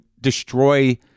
destroy